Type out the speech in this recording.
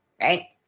right